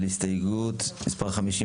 מי בעד הרוויזיה על הסתייגות מספר 55?